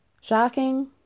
shocking